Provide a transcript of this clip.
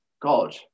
God